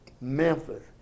Memphis